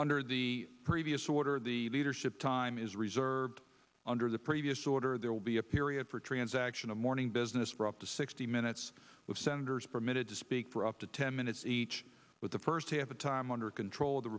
under the previous order the leadership time is reserved under the previous order there will be a period for transaction of morning business for up to sixty minutes of senators permitted to speak for up to ten minutes each with the first time under control the